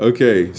Okay